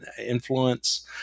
influence